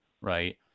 Right